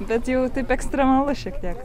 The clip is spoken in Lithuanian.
bet jau taip ekstremalu šiek tiek